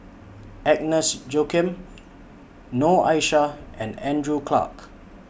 Agnes Joaquim Noor Aishah and Andrew Clarke